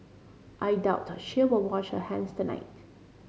I doubt she will wash her hands tonight